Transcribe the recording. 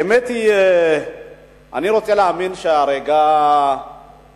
האמת היא שאני רוצה להאמין שהרגע הזה,